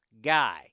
guy